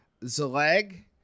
Zaleg